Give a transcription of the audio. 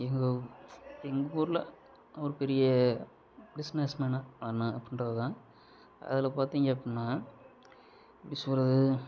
எங்கள் எங்கள் ஊரில் ஒரு பெரிய பிஸ்னஸ் மேனாக ஆகணும் அப்படின்றதுதான் அதில் பார்த்தீங்க அப்படினா எப்படி சொல்வது